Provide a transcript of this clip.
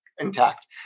Intact